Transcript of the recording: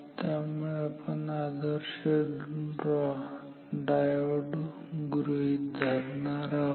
त्यामुळे आपण आदर्श डायोड गृहीत धरणार आहोत